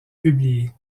publiée